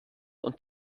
und